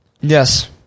Yes